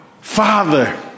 Father